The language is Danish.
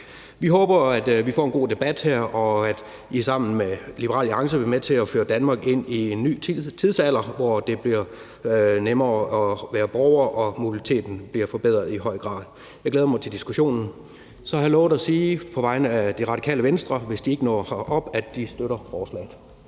Vi håber, at vi får en god debat her, og at I sammen med Liberal Alliance vil være med til at føre Danmark ind i en ny tidsalder, hvor det bliver nemmere at være borger og mobiliteten i høj grad bliver forbedret. Jeg glæder mig til diskussionen. Så har jeg lovet at sige på vegne af Radikale Venstre, hvis de ikke når herop, at de støtter forslaget.